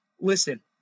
Listen